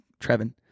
Trevin